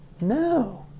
No